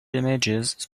images